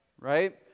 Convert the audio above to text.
right